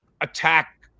attack